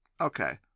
Okay